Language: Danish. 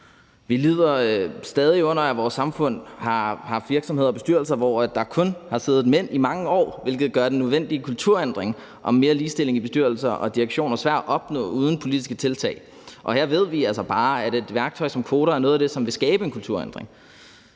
Vi lider stadig under, at vores samfund har haft virksomheder og bestyrelser, hvor der kun har siddet mænd i mange år, hvilket gør den nødvendige kulturændring om mere ligestilling i bestyrelser og direktioner svær at opnå uden politiske tiltag, og her ved vi altså bare, at et værktøj som kvoter er noget af det, som vil skabe en kulturændring.